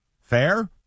Fair